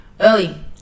early